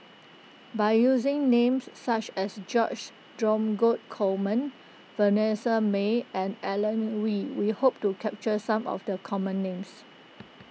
by using names such as George Dromgold Coleman Vanessa Mae and Alan Oei we hope to capture some of the common names